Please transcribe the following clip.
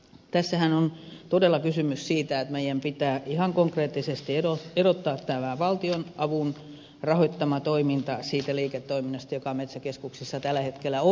tässähän on todella kysymys siitä että meidän pitää ihan konkreettisesti erottaa tämä valtionavun rahoittama toiminta siitä liiketoiminnasta jota metsäkeskuksissa tällä hetkellä on